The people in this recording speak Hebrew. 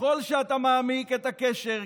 ככל שאתה מעמיק את הקשר,